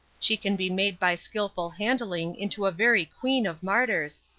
she can be made by skillful handling into a very queen of martyrs,